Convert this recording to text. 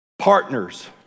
partners